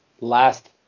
last